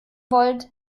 wollt